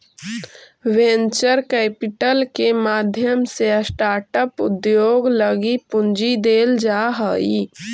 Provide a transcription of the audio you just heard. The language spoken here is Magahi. वेंचर कैपिटल के माध्यम से स्टार्टअप उद्योग लगी पूंजी देल जा हई